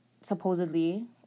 supposedly